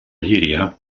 llíria